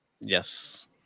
Yes